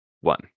one